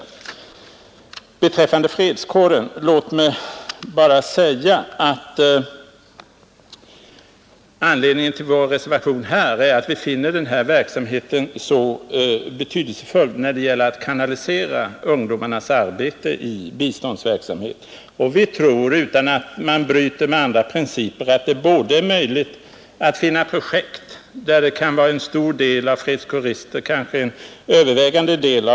Låt mig beträffande fredskåren bara säga att anledningen till vår reservation här är att vi finner den verksamheten betydelsefull när det gäller att kanalisera ungdomens intresse i biståndsverksamheten. Vi tror att det utan att bryta med andra principer är möjligt att finna projekt, där en övervägande del fredskårister kan arbeta.